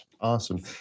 Awesome